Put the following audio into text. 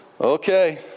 Okay